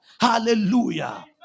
Hallelujah